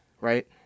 right